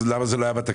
למה זה לא היה בתקציב?